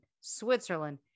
Switzerland